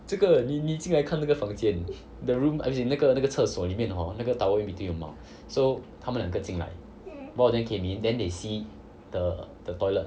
这个你你进来看这个房间 the room as in 那个那个厕所里面 hor 那个 towel 一堆毛 so 他们两个进来 both of them came in then they see the the toilet